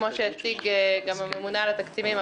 כמו שהציג הממונה על התקציבים,